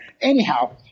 Anyhow